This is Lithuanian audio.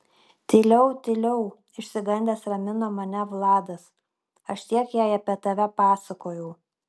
tyliau tyliau išsigandęs ramino mane vladas aš tiek jai apie tave pasakojau